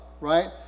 right